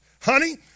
Honey